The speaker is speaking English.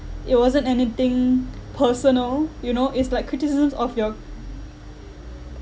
it wasn't anything personal you know it's like criticisms of your